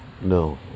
No